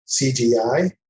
CGI